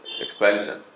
expansion